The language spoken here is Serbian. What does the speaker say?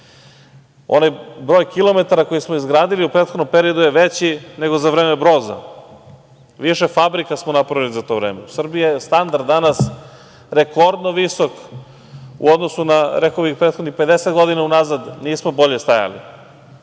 Onaj broj kilometara koji smo izgradili u prethodnom periodu je veći nego za vreme Broza, više fabrika smo napravili za to vreme. U Srbiji je standard danas rekordno visok u odnosu na, rekao bih, prethodnih 50 godina unazad, nismo bolje stajali. Srpska